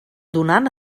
donant